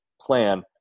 plan